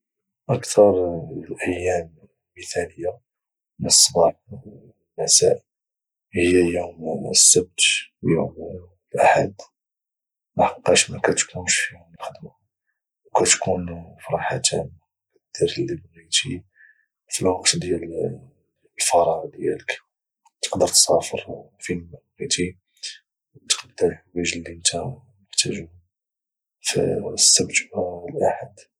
اكثر الايام المثاليه من الصباح للمساء هي يوم السبت ويوم الاحد لحقاش ما كاتكونش فيهم الخدمه وكتكون في راحة تامة كدير اللي بغيتي في الوقت ديال الفراغ ديالك تقدر تسافر فينما بغيتي وتقدا الحوايج اللي انت محتاجهم في السبت والاحد